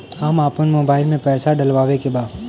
हम आपन मोबाइल में पैसा डलवावे के बा?